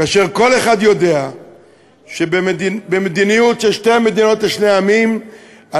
כאשר כל אחד יודע שבמדיניות של שתי מדינות לשני עמים אנחנו